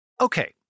Okay